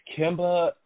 Kimba